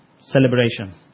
celebration